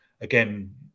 again